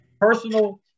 personal